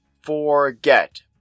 forget